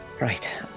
right